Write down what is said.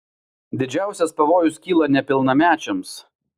didžiausias pavojus kyla nepilnamečiams